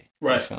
Right